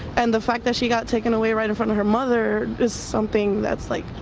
and the fact that she got taken away right in front of her mother is something that's, like,